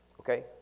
Okay